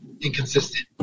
inconsistent